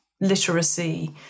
literacy